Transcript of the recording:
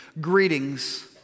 greetings